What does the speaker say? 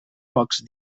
pocs